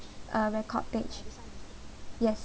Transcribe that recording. uh record page yes